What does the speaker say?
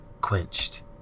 quenched